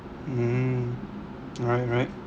mm right right